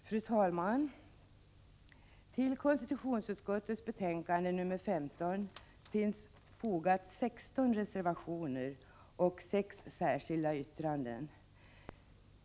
Fru talman! Till konstitutionsutskottets betänkande nr 15 finns fogade 16 reservationer och 6 särskilda yttranden.